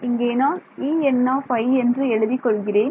இங்கே நான் En என்று எழுதிக் கொள்கிறேன்